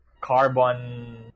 carbon